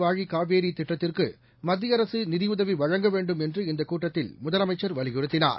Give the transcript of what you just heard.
வாழிகாவேரிதிட்டத்திற்குமத்தியஅரசுநிதியுதவிவழங்க வேண்டும் இந்தக் என்று நடந்தாய் கூட்டத்தில் முதலமைச்சர் வலியுறுத்தினார்